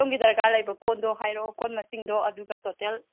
ꯁꯣꯝꯒꯤ ꯗꯔꯀꯥꯔ ꯂꯩꯕ ꯀꯣꯟꯗꯣ ꯍꯥꯏꯔꯛꯑꯣ ꯀꯣꯟ ꯃꯁꯤꯡꯗꯣ ꯑꯗꯨꯒ ꯇꯣꯇꯦꯜ